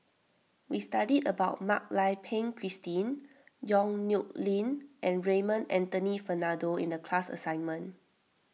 we studied about Mak Lai Peng Christine Yong Nyuk Lin and Raymond Anthony Fernando in the class assignment